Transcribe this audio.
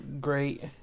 great